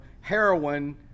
heroin